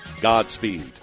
Godspeed